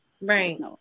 Right